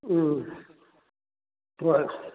ꯎꯝ ꯍꯣꯏ